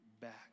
back